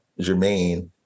Jermaine